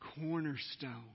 cornerstone